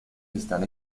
están